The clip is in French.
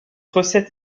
recette